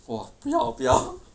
!wah! 不要不要